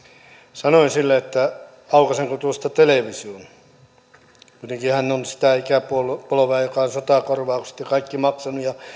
sanoin että aukaisenko tuosta television kuitenkin hän on sitä ikäpolvea joka on sotakorvaukset ja kaikki maksanut ja